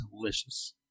delicious